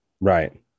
Right